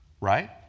Right